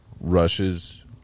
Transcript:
rushes